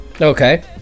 Okay